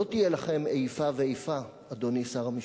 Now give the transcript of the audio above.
לא תהיה לכם איפה ואיפה, אדוני שר המשפטים.